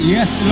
Yes